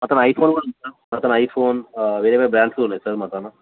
అక్కడ ఐఫోన్ కూడా ఉంది సార్ అక్కడ ఐఫోన్ వేరే వేరే బ్రాండ్స్ ఉన్నాయి సార్ మా కాడ